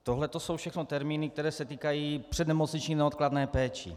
Tohleto jsou všechno termíny, které se týkají přednemocniční neodkladné péče.